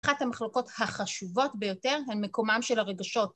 ‫אחת המחלוקות החשובות ביותר ‫הן מקומם של הרגשות.